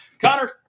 Connor